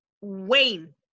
Wayne